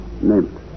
Name